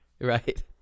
Right